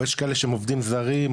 או יש כאלה שהם עובדים זרים,